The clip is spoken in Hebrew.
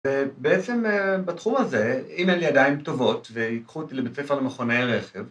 בעצם בתחום הזה, אם אין לי ידיים טובות ויקחו אותי לבית הספר למכוני רכב